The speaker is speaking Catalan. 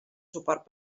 suport